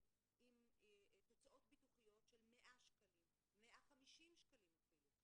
עם הוצאות ביטוח של 100 שקלים או 150 שקלים אפילו,